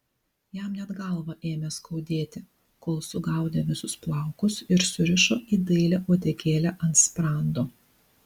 jam net galvą ėmė skaudėti kol sugaudė visus plaukus ir surišo į dailią uodegėlę ant sprando